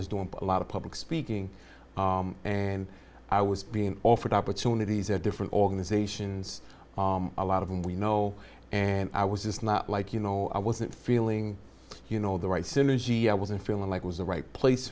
is doing a lot of public speaking and i was being offered opportunities or different organizations a lot of them we know and i was just like you know i wasn't feeling you know the right synergy i wasn't feeling like i was the right place